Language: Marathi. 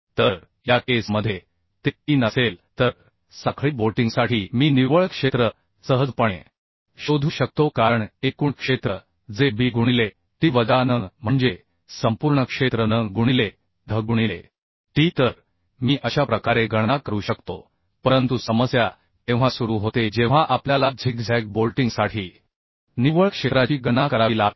तर या केस मध्ये ते 3 असेल तर साखळी बोल्टिंगसाठी मी निव्वळ क्षेत्र सहजपणे शोधू शकतो कारण एकूण क्षेत्र जे b गुणिले t वजा n म्हणजे संपूर्ण क्षेत्र n गुणिले dh गुणिले t तर मी अशा प्रकारे गणना करू शकतो परंतु समस्या तेव्हा सुरू होते जेव्हा आपल्याला झिगझॅग बोल्टिंगसाठी निव्वळ क्षेत्राची गणना करावी लागते